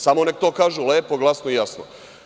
Samo nek to kažu lepo, glasno i jasno.